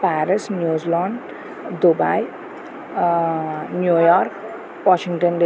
Paris New Zealand Dubai New York Washington